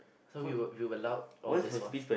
so we were we were loud or this one